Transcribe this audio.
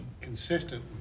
consistent